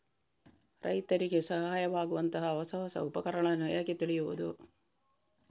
ರೈತರಿಗೆ ಸಹಾಯವಾಗುವಂತಹ ಹೊಸ ಹೊಸ ಉಪಕರಣಗಳನ್ನು ಹೇಗೆ ತಿಳಿಯುವುದು?